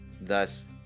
thus